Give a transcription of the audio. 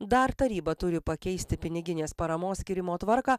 dar taryba turi pakeisti piniginės paramos skyrimo tvarką